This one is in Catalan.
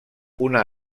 una